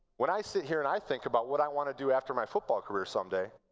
when i sit here and i think about what i want to do after my football career some day,